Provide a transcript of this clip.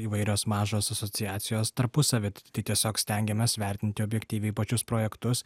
įvairios mažos asociacijos tarpusavy tai tiesiog stengiamės vertinti objektyviai pačius projektus